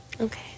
Okay